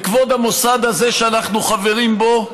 כבוד המוסד הזה שאנחנו חברים בו,